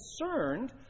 concerned